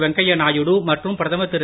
வெங்கையா நாயுடு மற்றும் பிரதமர் திரு